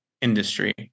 industry